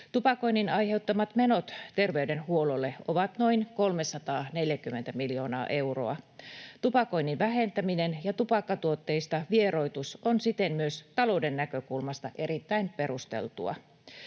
Tupakoinnin aiheuttamat menot terveydenhuollolle ovat noin 340 miljoonaa euroa. Tupakoinnin vähentäminen ja tupakkatuotteista vieroitus on siten myös talouden näkökulmasta erittäin perusteltua.